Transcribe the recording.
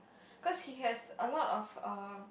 cause he has a lot of um